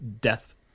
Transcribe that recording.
death